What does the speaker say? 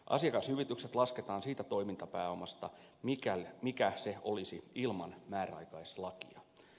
asiakashyvitykset lasketaan siitä toimintapääomasta mikä se olisi ilman määräaikaislakia